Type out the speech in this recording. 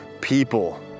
people